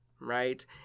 right